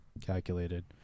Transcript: Calculated